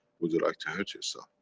would you like to hurt yourself?